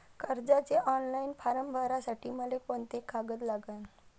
कर्जाचे online form भरासाठी मले कोंते कागद लागन?